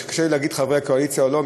קשה לי להגיד חברי הקואליציה או לא,